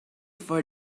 for